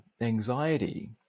anxiety